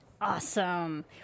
Awesome